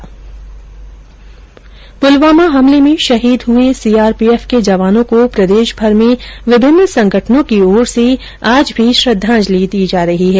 पुलवामा हमले में शहीद हुए सीआरपीएफ के जवानों को प्रदेशभर में विभिन्न संगठनों की ओर भी श्रद्वांजलि दी जा रही है